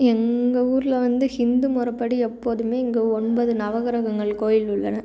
எங்கள் ஊரில் வந்து ஹிந்து முறப்படி எப்போதுமே இங்கே ஒன்பது நவகிரகங்கள் கோவில் உள்ளன